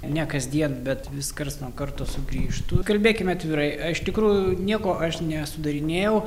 ne kasdien bet vis karts nuo karto sugrįžtu kalbėkime atvirai iš tikrųjų nieko aš nesudarinėjau